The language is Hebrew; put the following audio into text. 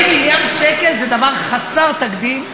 40 מיליארד שקל זה דבר חסר תקדים.